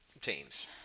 teams